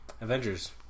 Avengers